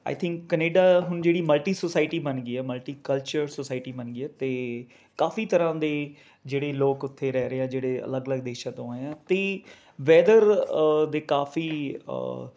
ਆਈ think Canada ਹੁਣ ਜਿਹੜੀ multi society ਬਣ ਗਈ ਹੈ ਮਲਟੀ ਕਲਚਰ ਸੁਸਾਇਟੀ ਬਣ ਗਈ ਹੈ ਅਤੇ ਕਾਫੀ ਤਰ੍ਹਾਂ ਦੇ ਜਿਹੜੇ ਲੋਕ ਉੱਥੇ ਰਹਿ ਰਹੇ ਹੈ ਜਿਹੜੇ ਅਲੱਗ ਅਲੱਗ ਦੇਸ਼ਾ ਤੋਂ ਆਏ ਹੈ ਅਤੇ ਵੈਦਰ ਦੇ ਕਾਫੀ